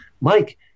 Mike